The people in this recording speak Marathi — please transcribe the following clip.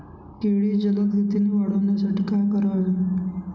केळी जलदगतीने वाढण्यासाठी काय करावे?